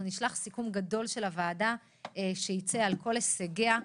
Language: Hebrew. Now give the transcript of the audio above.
אנחנו נשלח סיכום גדול של הוועדה, על כל הישגיה.